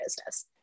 business